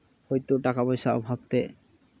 ᱦᱳᱭᱛᱳ ᱴᱟᱠᱟ ᱯᱚᱭᱥᱟ ᱚᱵᱷᱟᱵ ᱛᱮ